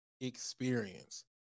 experience